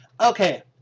Okay